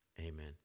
Amen